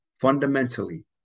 fundamentally